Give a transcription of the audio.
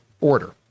order